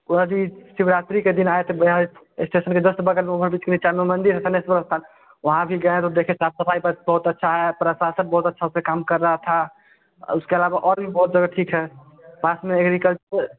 वह भी शिवरात्रि के दिन आए थे इस्टेसन के जस्ट बगल में वहाँ बीच में मंदिर है थानेश्वर का वहाँ भी गए तो देखें साफ़ सफ़ाई बहुत अच्छा है प्रशासन बहुत अच्छा से काम कर रहा था और उसके अलावा और भी बहुत जगह ठीक है पास में एग्रीकल्चर